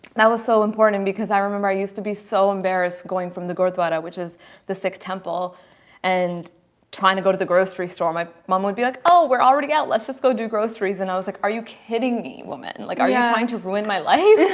that was so important because i remember i used to be so embarrassed going from the gurdwara which is the sikh temple and trying to go to the grocery store. my mom would be like, oh we're already out let's just go do groceries and i was like, are you kidding me woman like are you yeah trying to ruin my life?